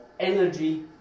energy